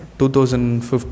2015